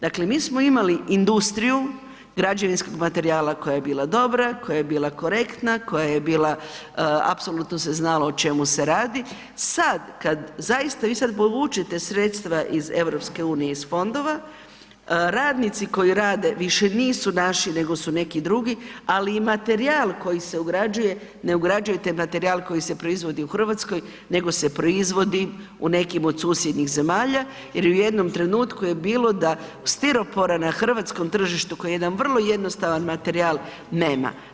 Dakle mi smo imali industriju građevinskog materijala koja je bila dobra, koja je bila korektna, apsolutno se znalo o čemu se radi, sada kada vi povučete sredstva iz EU iz fondova, radnici koji rade više nisu naši nego su neki drugi, ali i materijal koji se ugrađuje ne ugrađujete materijal koji se proizvodi u Hrvatskoj nego se proizvodi u nekim od susjednih zemalja jer u jednom trenutku je bilo da stiropora na hrvatskom tržištu koji je jedan vrlo jednostavan materijal nema.